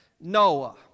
Noah